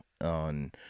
on